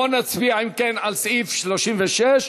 בואו נצביע על סעיף 36,